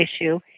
issue